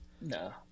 No